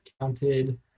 counted